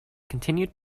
continued